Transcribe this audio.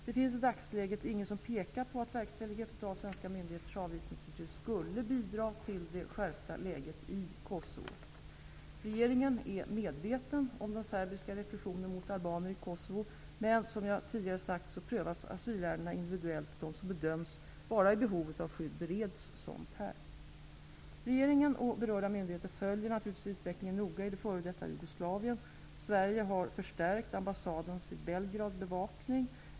Det finns i dagsläget inget som pekar på att verkställighet av svenska myndigheters avvisningsbeslut skulle bidra till det skärpta läget i Kosovo. Regeringen är medveten om den serbiska repressionen mot albaner i Kosovo, men som jag tidigare sagt så prövas asylärendena individuellt och de som bedöms vara i behov av skydd bereds sådant här. Regeringen och berörda myndigheter följer naturligtvis utvecklingen noga i det f.d. Jugoslavien. Sverige har förstärkt ambassadens i Belgrad bevakning.